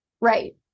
Right